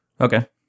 Okay